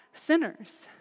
Sinners